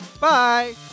Bye